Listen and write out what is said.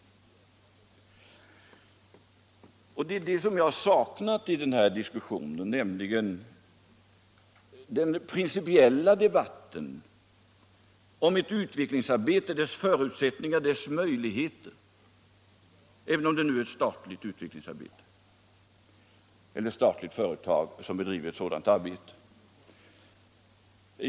Vad jag saknat i den här diskussionen är den principiella debatten om ett utvecklingsarbetes förutsättningar och möjligheter, även när ett statligt företag bedriver ett sådant arbete.